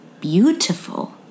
beautiful